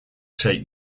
take